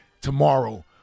tomorrow